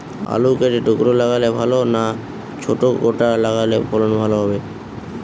আলু কেটে টুকরো লাগালে ভাল না ছোট গোটা লাগালে ফলন ভালো হবে?